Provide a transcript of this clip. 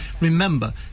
Remember